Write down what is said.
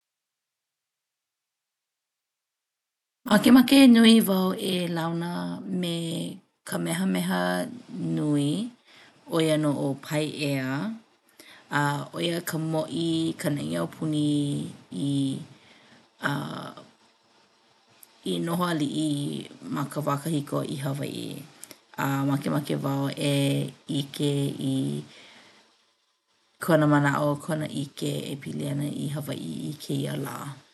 Makemake nui wau e launa me Kamehameha nui, ʻo ia nō ʻo Paiea. ʻO ia ka mōʻī ka naʻi aupuni i noho aliʻi ma ka wā kahiko i Hawaiʻi. Makemake wau e ʻike i kona manaʻo kona ʻike e pili ana i Hawaiʻi i kēia lā.